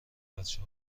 بچه